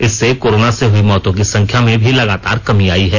इससे कोरोना से हई मौतों की संख्या में भी लगातार कमी आई है